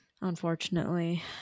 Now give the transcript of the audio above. Unfortunately